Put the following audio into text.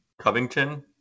Covington